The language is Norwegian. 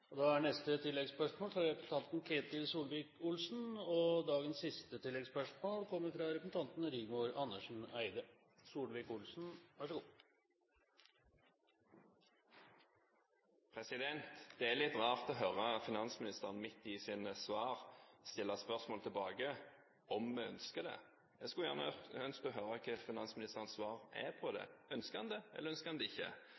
Ketil Solvik-Olsen – til oppfølgingsspørsmål. Det er litt rart å høre at finansministeren, midt i sitt svar, stiller spørsmål tilbake om vi ønsker det. Jeg skulle gjerne ønske å høre hva finansministerens svar er på det. Ønsker han det, eller ønsker han det ikke?